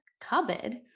cupboard